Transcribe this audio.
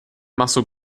muscle